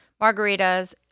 margaritas